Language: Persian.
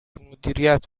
مدیریت